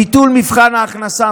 ביטול מבחן ההכנסה,